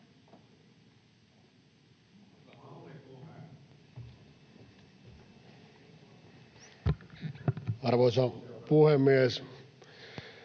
Arvoisa puhemies!